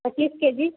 पचीस के जी